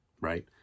right